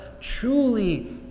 truly